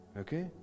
Okay